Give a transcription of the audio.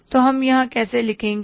तो हम यहां कैसे लिखेंगे